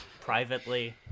privately